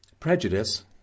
Prejudice